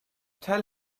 tell